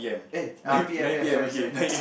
eh ah p_m p_m sorry sorry